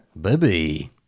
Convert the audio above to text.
Baby